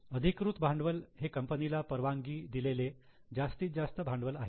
अधिकृत भांडवल हे कंपनीला परवानगी दिलेले जास्तीत जास्त भांडवल आहे